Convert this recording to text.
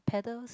paddles